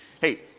Hey